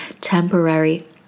temporary